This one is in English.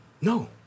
No